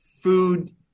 food